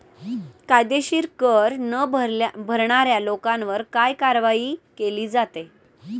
कायदेशीर कर न भरणाऱ्या लोकांवर काय कारवाई केली जाते?